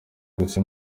gusa